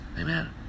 Amen